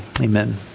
Amen